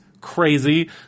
crazy